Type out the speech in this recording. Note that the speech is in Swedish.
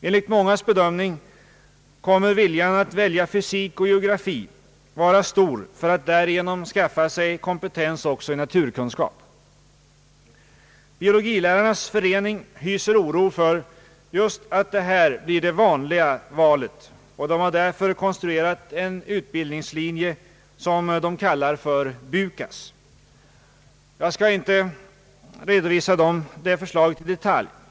Enligt mångas bedömning kommer viljan att välja fysik och geografi att vara stor — därigenom skaffar man sig kompetens också i naturkunskap. Biologilärarnas förening hyser oro för att detta blir det vanliga valet. De har därför konstruerat en utbildningslinje som de kallar för BU KAS. Jag skall inte redovisa det förslaget i detalj.